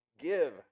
Give